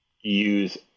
use